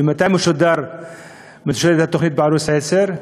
ומתי משודרת התוכנית בערוץ 10?